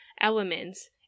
elements